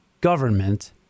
government